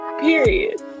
Period